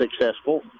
successful